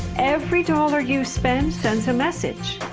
every dollar you spend sends a message.